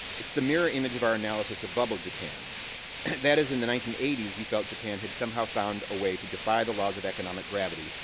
it's the mirror-image of our analysis of bubble-japan. that is, in the nineteen eighty s, we felt japan had somehow found a way to defy the laws of economic gravity,